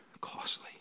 costly